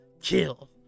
Kill